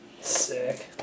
Sick